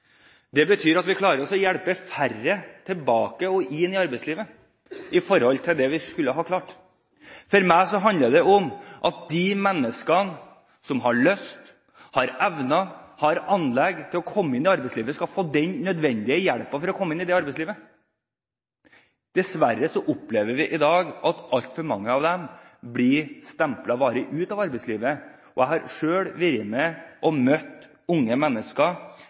Det betyr at vi klarer å hjelpe færre tilbake til, og inn i, arbeidslivet enn det vi skulle ha klart. For meg handler det om at de menneskene som har lyst, som har evner, som har anlegg til å komme inn i arbeidslivet, skal få den nødvendige hjelpen for å komme inn i arbeidslivet. Dessverre opplever vi i dag at altfor mange av dem blir stemplet varig ut av arbeidslivet. Jeg har selv møtt unge mennesker og